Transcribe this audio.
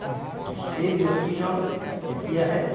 সেই ব্যক্তিজন তেতিয়াহে